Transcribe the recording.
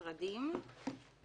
(א)